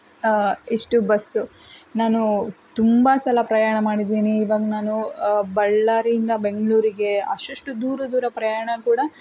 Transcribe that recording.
ಇಷ್ಟು ಬಸ್ಸು ನಾನು ತುಂಬ ಸಲ ಪ್ರಯಾಣ ಮಾಡಿದ್ದೀನಿ ಇವಾಗ ನಾನು ಬಳ್ಳಾರಿಯಿಂದ ಬೆಂಗಳೂರಿಗೆ ಅಷ್ಟಷ್ಟು ದೂರ ದೂರ ಪ್ರಯಾಣ ಕೂಡ